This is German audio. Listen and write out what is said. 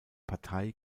partei